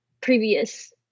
previous